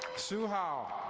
sue hao.